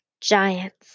Giants